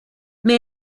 may